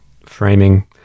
framing